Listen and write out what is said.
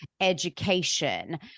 education